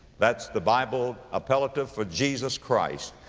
that's the bible appellative for jesus christ,